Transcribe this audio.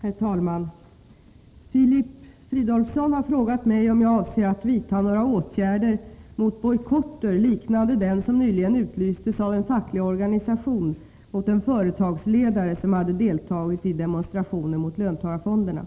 Herr talman! Filip Fridolfsson har frågat mig om jag avser att vidta några åtgärder mot bojkotter liknande den som nyligen utlystes av en facklig organisation mot en företagsledare, som hade deltagit i demonstrationen mot löntagarfonderna.